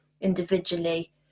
individually